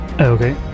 Okay